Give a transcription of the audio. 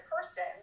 person